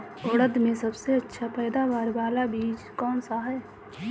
उड़द में सबसे अच्छा पैदावार वाला बीज कौन सा है?